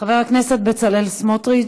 חבר הכנסת בצלאל סמוטריץ,